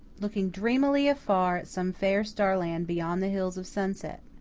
looking dreamily afar at some fair starland beyond the hills of sunset.